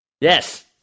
Yes